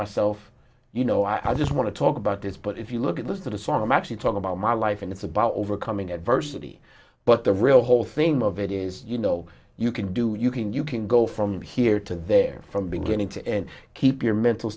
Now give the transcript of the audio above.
myself you know i just want to talk about this but if you look at this to the song i'm actually talking about my life and it's about overcoming adversity but the real whole theme of it is you know you can do it you can you can go from here to there from beginning to end keep your mental